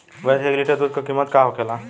भैंस के एक लीटर दूध का कीमत का होखेला?